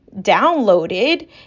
downloaded